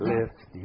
Lift